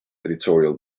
editorial